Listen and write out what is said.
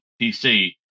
PC